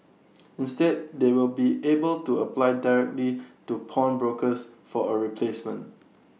instead they will be able to apply directly to pawnbrokers for A replacement